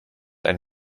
ein